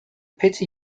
pity